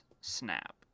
snap